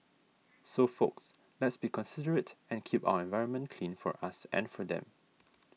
so folks let's be considerate and keep our environment clean for us and for them